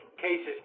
cases